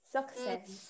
Success